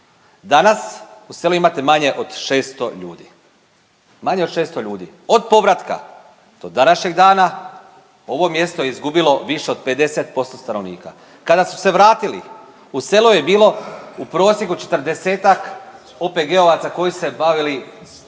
Danas u selu imate manje od 600 ljudi. Manje od 600 ljudi, od povratka do današnjeg dana ovo mjesto je izgubilo više od 50% stanovnika. Kada su se vratili, u selu je bilo u prosjeku 40-ak OPG-ovaca koji su se bavili mljekarstvom.